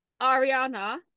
Ariana